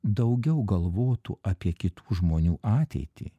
daugiau galvotų apie kitų žmonių ateitį